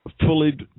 fully